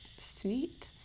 sweet